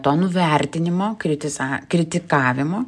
to nuvertinimo kritiza kritikavimo